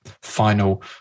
final